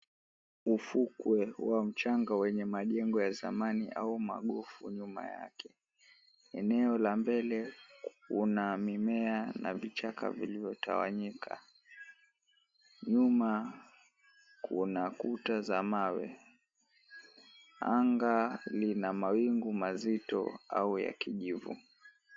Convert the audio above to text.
Ufukwe wa mchanga wenye majengo ya zamani au magofu nyuma yake. Eneo la mbele kuna mimea na vichaka vilivyotawanyika. Nyuma kuna kuta za mawe. Anga lina mawingu mazito au ya kijivu.